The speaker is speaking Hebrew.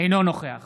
אינו נוכח